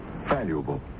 Valuable